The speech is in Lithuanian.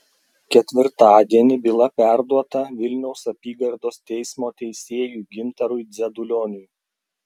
ketvirtadienį byla perduota vilniaus apygardos teismo teisėjui gintarui dzedulioniui